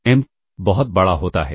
M बहुत बड़ा होता है